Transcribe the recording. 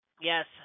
Yes